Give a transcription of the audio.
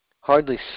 hardly